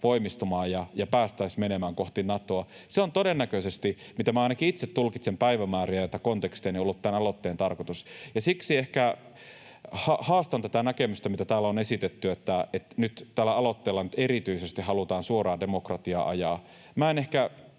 voimistumaan ja päästäisiin menemään kohti Natoa. Se on todennäköisesti — mitä minä ainakin itse tulkitsen päivämääriä ja tätä kontekstia — ollut tämän aloitteen tarkoitus. Ja siksi ehkä haastan tätä näkemystä, mitä täällä on esitetty, että tällä aloitteella nyt erityisesti halutaan suoraa demokratiaa ajaa.